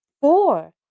four